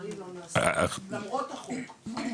למרות החוק, דברים לא נעשים.